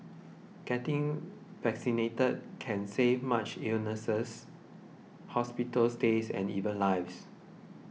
getting vaccinated can save much illness hospital stays and even lives